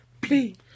Please